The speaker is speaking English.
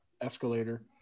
escalator